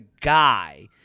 guy